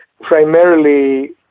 primarily